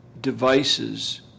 devices